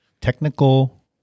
technical